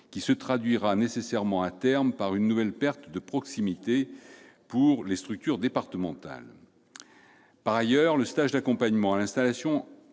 qui se traduira nécessairement, à terme, par une nouvelle perte de proximité pour les structures départementales. Par ailleurs, le stage d'accompagnement à l'installation,